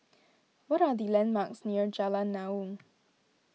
what are the landmarks near Jalan Naung